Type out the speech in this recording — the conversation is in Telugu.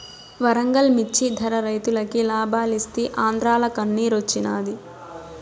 వరంగల్ మిచ్చి ధర రైతులకి లాబాలిస్తీ ఆంద్రాల కన్నిరోచ్చినాది